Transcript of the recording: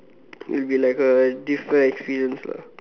it will be like a different experience lah